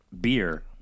beer